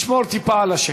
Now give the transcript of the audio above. לשמור טיפה על השקט.